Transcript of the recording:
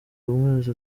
amezi